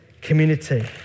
community